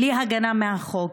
בלי הגנה מהחוק,